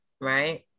right